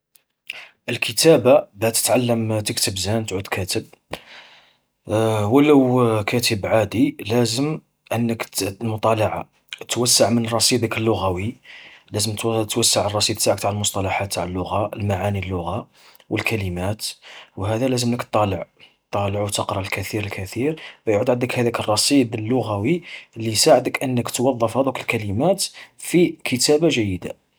الكتابة باه تتعلم تكتب زين تعود كاتب، ولو كاتب عادي، لازم انك ت-المطالعه توسع من رصيدك اللغوي، لازم تو-توسع رصيدك نتاعك نتع المصطلحات اللغة، المعاني اللغة، والكلمات وهذا لازملك تطالع وتقرا الكثير الكثير باه يعود عندك هذاك الرصيد اللغوي اللي يساعدك انك توظف هذوك الكلمات في كتابة جيدة.